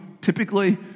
typically